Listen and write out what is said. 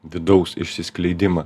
vidaus išsiskleidimą